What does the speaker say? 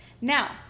now